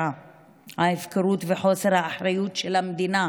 ההפקרות וחוסר האחריות של המדינה,